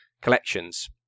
collections